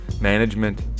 management